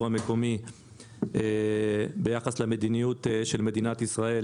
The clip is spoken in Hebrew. המקומי ביחס למדיניות של מדינת ישראל,